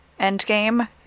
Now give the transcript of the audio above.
Endgame